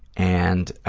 and